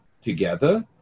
together